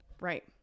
Right